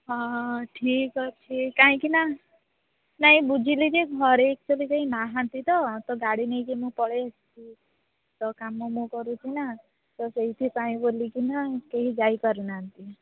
ହଁ ଠିକ ଅଛି କାହିଁକି ନାଁ ନାଇଁ ବୁଝିଲି ଯେ ଘରେ ଏକ୍ଚୁଆଲି କେହି ନାହାନ୍ତି ତ ମୁଁ ଗାଡ଼ି ନେଇକି ପଳେଇ ଆସିଛି ତ କାମ ମୁଁ କରୁଛି ନାଁ ତ ସେଇଥିପାଇଁ ବୋଲିକିନା କେହି ଯାଇ ପାରୁ ନାହାନ୍ତି